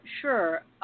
sure